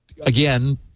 again